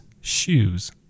Shoes